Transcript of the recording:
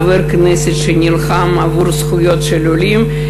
חבר כנסת שנלחם עבור הזכויות של העולים,